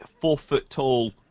four-foot-tall